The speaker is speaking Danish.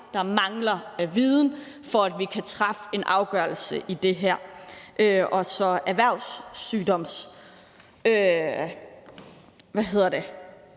der mangler af viden, for at vi kan træffe en afgørelse her, og så Erhvervssygdomsudvalget rent